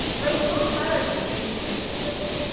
like most viruses, it is very specific.